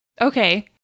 Okay